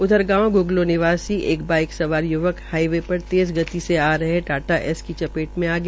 उधर गांव ग्गलों निवासी एक बाइक सवा य्वक हाइवे पर तेज गति से आ रहे टाटा एस की चपेट में आ गया